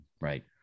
right